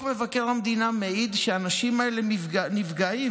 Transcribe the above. דוח מבקר המדינה מעיד שהאנשים האלה נפגעים.